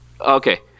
okay